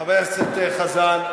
חבר הכנסת חזן.